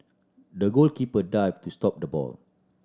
the goalkeeper dived to stop the ball